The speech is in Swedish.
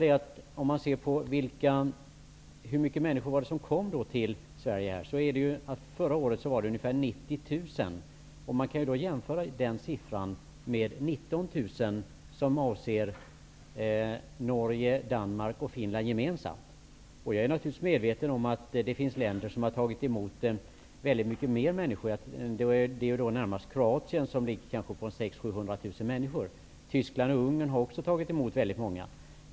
Hur många människor var det som kom till Sverige? Förra året var det ungefär 90 000 människor. Man kan jämföra den siffran med 19 000, som avser Norge, Danmark och Finland gemensamt. Jag är naturligtvis medveten om att det finns länder som har tagit emot väldigt många fler människor. Närmast är Kroatien som har tagit emot 600 000--700 000 människor. Tyskland och Ungern har också tagit emot väldigt många.